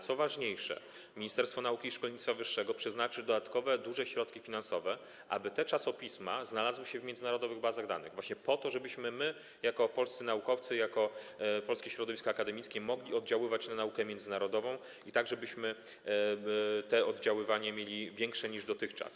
Co ważniejsze, Ministerstwo Nauki i Szkolnictwa Wyższego przeznaczy dodatkowe duże środki finansowe na to, aby te czasopisma znalazły się w międzynarodowych bazach danych właśnie po to, żebyśmy my jako polscy naukowcy, jako polskie środowisko akademickie mogli oddziaływać na naukę międzynarodową i w taki sposób, żeby to oddziaływanie było większe niż dotychczas.